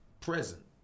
present